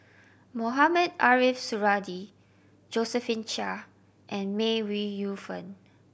Mohamed Ariff Suradi Josephine Chia and May Ooi Yu Fen